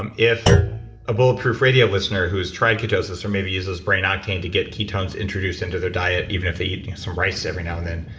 um if a bulletproof radio listener who has tried ketosis, or maybe uses brain octane to get ketones introduced into their diet even if they eat some rice every now and then.